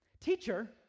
Teacher